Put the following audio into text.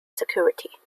security